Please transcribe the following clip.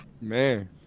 man